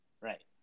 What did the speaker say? Right